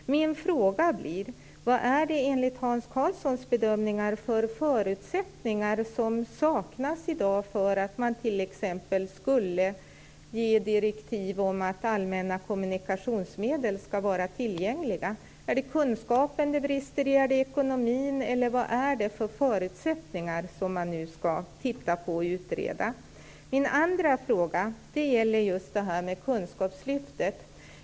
Vad är det enligt Hans Karlssons bedömningar för förutsättningar som saknas i dag för att ge direktiv om att allmänna kommunikationsmedel skall vara tillgängliga? Är det kunskaper eller brister i ekonomin? Vilka förutsättningar skall man utreda? Sedan har jag en fråga om kunskapslyftet.